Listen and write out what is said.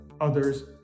others